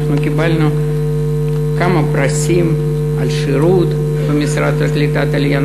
אנחנו קיבלנו כמה פרסים על השירות במשרד לקליטת העלייה,